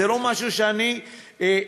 זה לא משהו שאני ממציא,